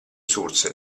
source